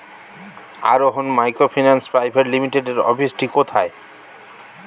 আরোহন microfinance private লিমিটেডের অফিসটি কোথায়?